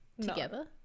together